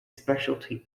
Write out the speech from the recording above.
speciality